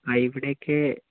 ആ ഇവിടെയൊക്കേ